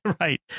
Right